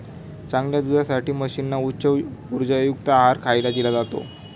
चांगल्या दुधासाठी म्हशींना उच्च उर्जायुक्त आहार खायला दिला जातो